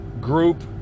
group